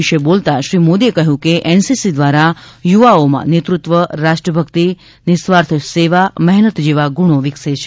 વિશે બોલતાં શ્રી મોદીએ કહયું કે એનસીસી દ્વારા યુવાઓમાં નેતૃત્વ રાષ્ટ્રભકિત નિસ્વાર્થ સેવા મહેનત જેવા ગુણો વિકસે છે